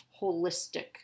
holistic